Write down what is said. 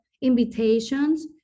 invitations